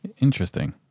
interesting